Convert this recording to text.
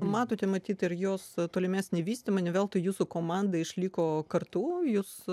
matote matyt ir jos tolimesnį vystymą ne veltui jūsų komanda išliko kartu jūs